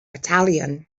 battalion